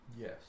Yes